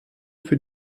für